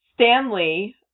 Stanley